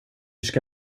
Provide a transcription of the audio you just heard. ska